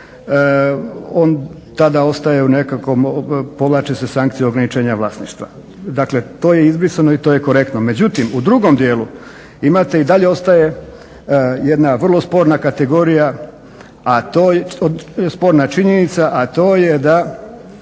on tada ostaje u nekakvom, povlači se sankcija ograničenja vlasništva. Dakle to je izbrisano i to je korektno. Međutim, u drugom dijelu imate i dalje ostaje jedna vrlo sporna činjenica, a to je da